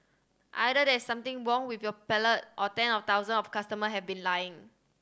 either there is something wrong with your palate or ten of thousand of my customer have been lying